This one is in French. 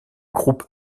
groupe